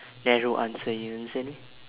narrow answer you understand me